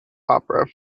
opera